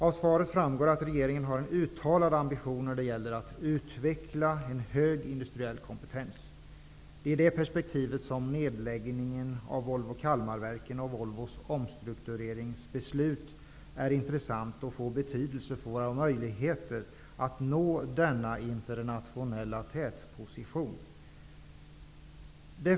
Av svaret framgår att regeringen har en uttalad ambition när det gäller att utveckla en hög industriell kompetens. Det är i det perspektivet nedläggningen av Volvo Kalmarverken och Volvos omstruktureringsbeslut är intressant och får betydelse för våra möjligheter att nå denna internationella tätposition.